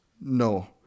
no